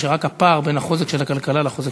או שרק הפער בין החוזק של הכלכלה לחוזק של האזרחים?